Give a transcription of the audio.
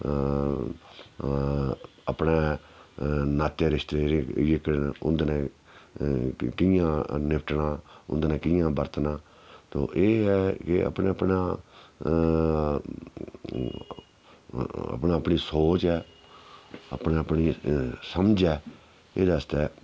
अपने नाते रिश्ते जेह्के न उं'दे ने कि'यां निपटना उं'दे कन्नै कि'यां बरतना ते एह् गै के अपना अपना अपना अपनी सोच ऐ अपनी अपनी समझ ऐ एह्दे आस्तै